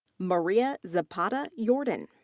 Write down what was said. maria zapata yordan.